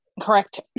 Correct